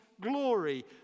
glory